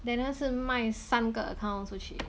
then 他是卖三个 accounts would 去